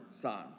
son